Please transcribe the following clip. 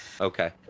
Okay